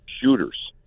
shooters